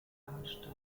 vatikanstadt